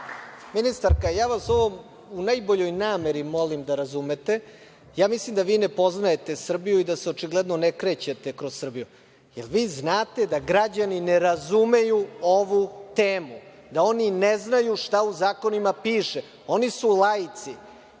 Ministarka, ja vas ovo u najboljoj nameri molim da razumete. Ja mislim da vi ne poznajete Srbiju i da se očigledno ne krećete kroz Srbiju. Da li vi znate da građani ne razumeju ovu temu, da oni ne znaju šta u zakonima piše? Oni su laici. Vi